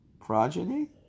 Progeny